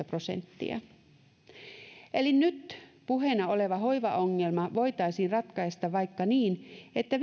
prosenttia eli nyt puheena oleva hoivaongelma voitaisiin ratkaista vaikka niin että